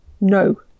No